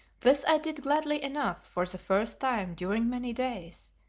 this i did gladly enough for the first time during many days,